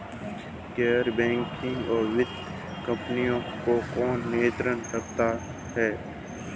गैर बैंकिंग वित्तीय कंपनियों को कौन नियंत्रित करता है?